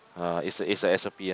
ah is a is a S_O_P ah